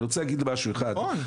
אני רוצה להגיד משהו אחד לא אליך,